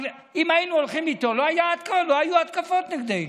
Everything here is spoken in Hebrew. אבל אם היינו הולכים איתו לא היו התקפות נגדנו.